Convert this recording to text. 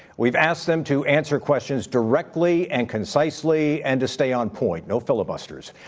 we've asked them to answer questions directly and concisely, and to stay on point. no filibusters.